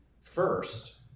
First